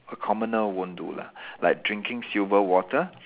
a commoner won't do lah like drinking silver water